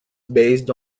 based